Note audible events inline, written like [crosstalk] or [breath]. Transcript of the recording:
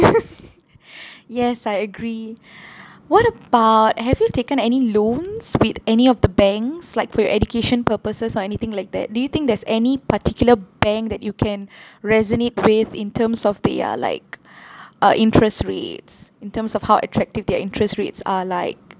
[laughs] yes I agree [breath] what about have you taken any loans with any of the banks like for your education purposes or anything like that do you think there's any particular bank that you can resonate with in terms of their like uh interest rates in terms of how attractive their interest rates are like